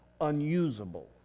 unusable